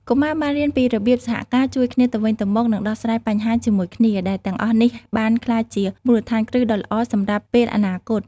កុមារបានរៀនពីរបៀបសហការ ជួយគ្នាទៅវិញទៅមក និងដោះស្រាយបញ្ហាជាមួយគ្នា ដែលទាំងអស់នេះបានក្លាយជាមូលដ្ឋានគ្រឹះដ៏ល្អសម្រាប់ពេលអនាគត។